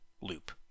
loop